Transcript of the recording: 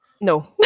No